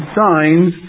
signs